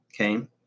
okay